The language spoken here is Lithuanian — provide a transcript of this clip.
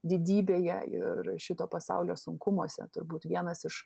didybėje ir šito pasaulio sunkumuose turbūt vienas iš